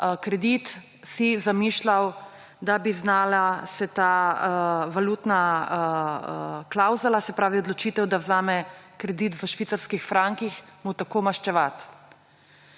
kredit, zamišljal, da bi se znala ta valutna klavzula – se pravi, odločitev, da vzame kredit v švicarskih frankih – mu tako maščevati.